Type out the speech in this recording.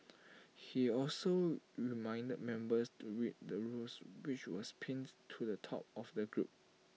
he also reminded members to read the rules which was pinned to the top of the group